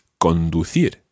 conducir